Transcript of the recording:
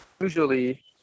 usually